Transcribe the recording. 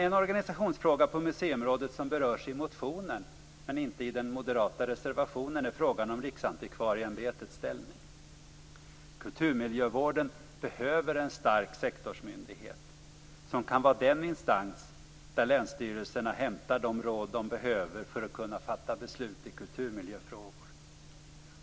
En organisationsfråga på museiområdet som berörs i motionen men inte i reservationen är frågan om Riksantikvarieämbetets ställning. Kulturmiljövården behöver en stark sektorsmyndighet som kan vara den instans där länsstyrelserna hämtar de råd de behöver för att kunna fatta beslut i kulturmiljöfrågor.